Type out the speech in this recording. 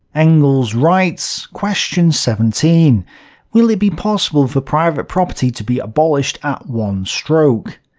engels writes question seventeen will it be possible for private property to be abolished at one stroke?